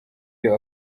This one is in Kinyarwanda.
iyo